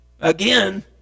again